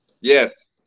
yes